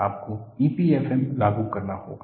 आपको EPFM लागू करना होगा